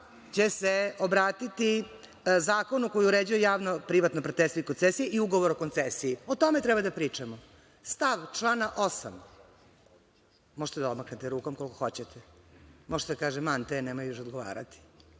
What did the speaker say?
će se obratiti Zakonu koji uređuje javno-privatno partnerstvo i koncesiji i Ugovor o koncesiji. O tome treba da pričamo. Stav člana 8, možete da odmahnete rukom koliko god hoćete, možete da kažete – mante je, nemoj još odgovarati,